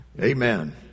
Amen